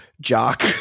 Jock